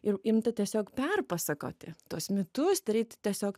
ir imti tiesiog perpasakoti tuos mitus daryt tiesiog